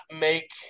make